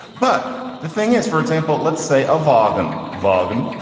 but the thing is, for example, let's say a vargan vargan,